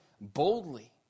boldly